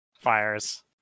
Fires